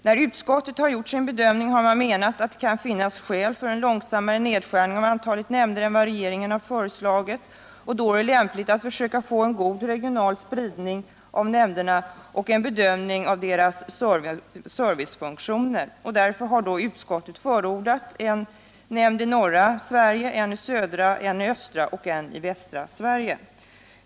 När utskottet har gjort sin bedömning har man menat att det kan finnas skäl för en långsammare nedskärning av antalet nämnder än vad regeringen har föreslagit. Och då är det lämpligt att försöka få en god regional spridning av nämnderna och att göra en bedömning av deras servicefunktioner. Utskottet har då förordat en i norra, en i södra och östra och en i västra Sverige.